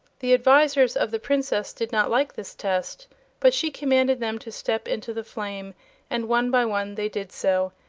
the advisors of the princess did not like this test but she commanded them to step into the flame and one by one they did so,